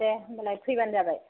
दे होनबालाय फैबानो जाबाय